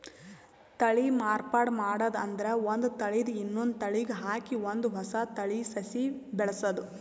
ತಳಿ ಮಾರ್ಪಾಡ್ ಮಾಡದ್ ಅಂದ್ರ ಒಂದ್ ತಳಿದ್ ಇನ್ನೊಂದ್ ತಳಿಗ್ ಹಾಕಿ ಒಂದ್ ಹೊಸ ತಳಿ ಸಸಿ ಬೆಳಸದು